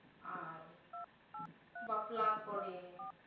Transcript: ᱟᱨ ᱵᱟᱯᱞᱟ ᱠᱚᱨᱮ